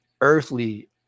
earthly